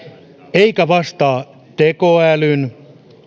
eikä vastaa tekoälyn